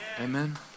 Amen